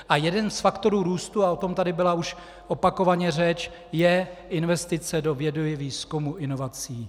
A jeden z faktorů růstu, a o tom tady už byla opakovaně řeč, je investice do vědy, výzkumu, inovací.